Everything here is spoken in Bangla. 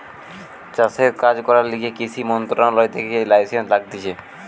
চাষের কাজ করার লিগে কৃষি মন্ত্রণালয় থেকে লাইসেন্স লাগতিছে